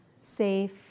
safe